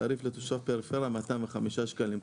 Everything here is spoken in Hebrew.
תעריף לתושב פריפריה 205 שקלים,